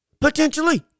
potentially